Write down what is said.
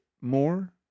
more